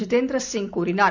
ஜிதேந்திரசிங் கூறினார்